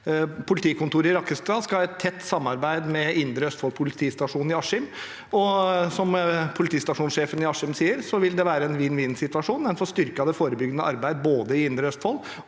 politikontoret i Rakkestad skal ha et tett samarbeid med Indre Østfold politistasjon i Askim, og som politistasjonssjefen i Askim sier, vil det være en vinn-vinn-situasjon: Man får styrket det forebyggende arbeidet i både Indre Østfold